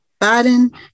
Biden